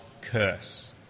curse